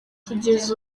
kugeza